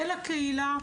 אל הקהילה,